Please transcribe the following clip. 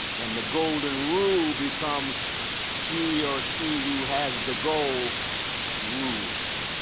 and the golden rule becomes he or she who has the gold rules.